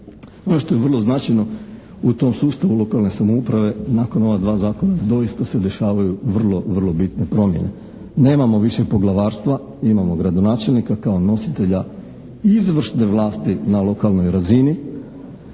što je vrlo značajno u tom sustavu lokalne samouprave nakon ova dva zakona doista se dešavaju vrlo bitne promjene. Nemamo više poglavarstva, imamo gradonačelnika kao nositelja izvršne vlasti na lokalnoj razini.